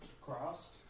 Crossed